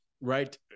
right